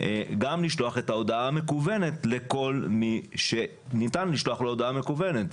גם לשלוח את ההודעה המקוונת לכל מי שניתן לשלוח לו הודעה מקוונת.